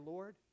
Lord